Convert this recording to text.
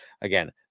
Again